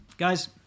Guys